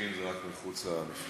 שדרוגים זה רק מחוץ למפלגה.